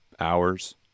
Hours